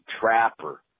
Trapper